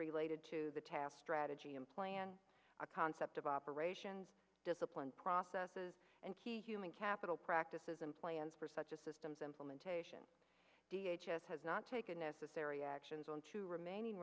related to the task strategy and plan a concept of operations discipline processes and human capital practices and plans for such a system's implementation d h s s has not taken necessary actions on two remaining